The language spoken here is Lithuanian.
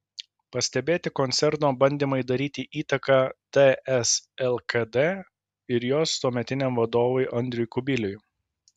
pastebėti koncerno bandymai daryti įtaką ts lkd ir jos tuometiniam vadovui andriui kubiliui